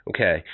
Okay